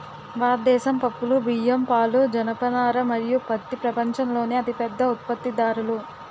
భారతదేశం పప్పులు, బియ్యం, పాలు, జనపనార మరియు పత్తి ప్రపంచంలోనే అతిపెద్ద ఉత్పత్తిదారులు